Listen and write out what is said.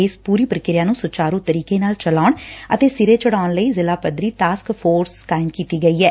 ਇਸ ਪੁਰੀ ਪ੍ਰਕਿਰਿਆ ਨੂੰ ਸੁਚਾਰੂ ਤਰੀਕੇ ਨਾਲ ਚਲਾਉਣ ਅਤੇ ਸਿਰੇ ਚੜਾਉਣ ਲਈ ਜ਼ਿਲ੍ਹਾ ਪੱਧਰੀ ਟਾਸਕ ਫੋਰਸ ਦਾ ਗਠਨ ਕਰ ਦਿੱਡਾ ਗਿਐ